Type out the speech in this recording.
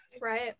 Right